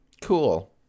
Cool